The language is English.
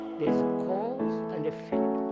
there is a cause and effect,